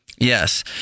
Yes